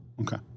Okay